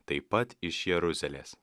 taip pat iš jeruzalės